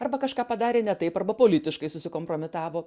arba kažką padarė ne taip arba politiškai susikompromitavo